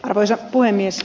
arvoisa puhemies